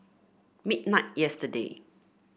midnight yesterday